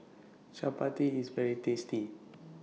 Chapati IS very tasty